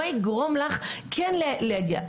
מה יגרום לך כן להגיע?